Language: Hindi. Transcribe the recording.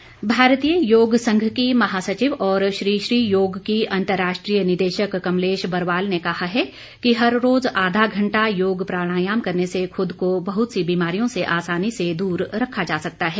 आर्ट ऑफ लिविंग भारतीय योग संघ की महासचिव और श्री श्री योग की अंतर्राष्ट्रीय निदेशक कमलेश बरवाल ने कहा है कि हर रोज आधा घंटा योग प्राणायाम करने से खूद को बहत सी बीमारियों से आसानी से दूर रखा जा सकता है